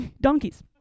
Donkeys